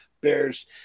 Bears